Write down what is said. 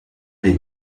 des